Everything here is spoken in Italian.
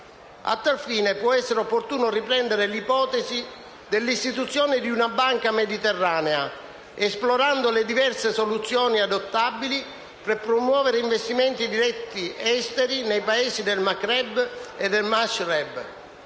A tal fine, può essere opportuno riprendere l'ipotesi della istituzione di una banca mediterranea, esplorando le diverse soluzioni adottabili, per promuovere investimenti diretti esteri nei Paesi del Maghreb e del Mashrek,